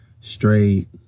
Straight